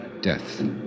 death